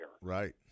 right